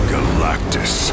Galactus